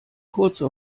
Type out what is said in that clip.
kurze